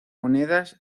monedas